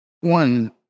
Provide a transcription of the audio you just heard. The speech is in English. one